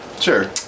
sure